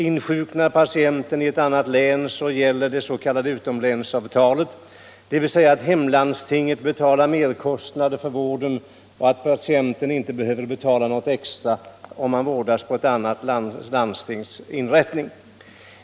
Insjuknar patient i ett annat län gäller det s.k. utomlänsavtalet, dvs. hemlandstinget betalar merkostnader för vården och patienten behöver inte betala något extra om han vårdas på ett annat landstings inrättning.